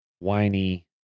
whiny